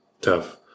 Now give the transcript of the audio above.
tough